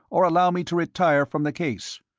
or allow me to retire from the case.